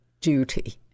duty